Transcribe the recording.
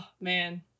man